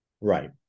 Right